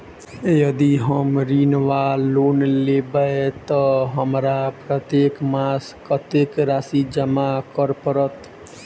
यदि हम ऋण वा लोन लेबै तऽ हमरा प्रत्येक मास कत्तेक राशि जमा करऽ पड़त?